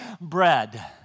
bread